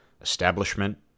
establishment